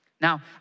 Now